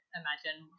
imagine